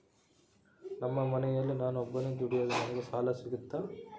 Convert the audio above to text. ನಮ್ಮ ಮನೆಯಲ್ಲಿ ನಾನು ಒಬ್ಬನೇ ದುಡಿಯೋದು ನನಗೆ ಸಾಲ ಸಿಗುತ್ತಾ?